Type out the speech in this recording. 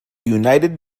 united